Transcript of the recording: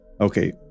Okay